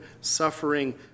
suffering